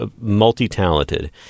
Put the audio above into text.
multi-talented